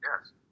Yes